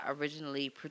originally